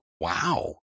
wow